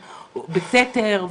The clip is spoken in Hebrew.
בסתר,